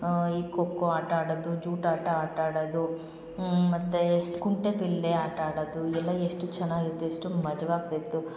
ಈ ಖೋಖೋ ಆಟ ಆಡೋದು ಜೂಟಾಟ ಆಟ ಆಡೋದು ಮತ್ತು ಕುಂಟೆಬಿಲ್ಲೆ ಆಟ ಆಡೋದು ಈ ಎಲ್ಲ ಎಷ್ಟು ಚೆನ್ನಾಗಿತ್ತು ಎಷ್ಟು ಮಜವಾಗ್ತಿತ್ತು